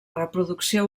reproducció